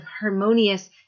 harmonious